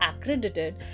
accredited